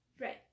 Right